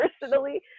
personally